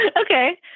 Okay